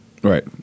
Right